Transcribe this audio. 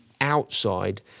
outside